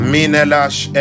Minelash